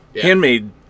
handmade